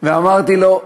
ואמרתי לו: